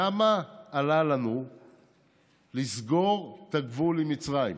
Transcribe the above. כמה עלה לנו לסגור את הגבול עם מצרים?